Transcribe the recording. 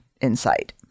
insight